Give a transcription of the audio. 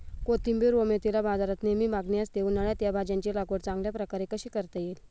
कोथिंबिर व मेथीला बाजारात नेहमी मागणी असते, उन्हाळ्यात या भाज्यांची लागवड चांगल्या प्रकारे कशी करता येईल?